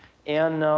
and,